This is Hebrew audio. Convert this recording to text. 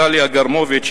טליה גרמוביץ,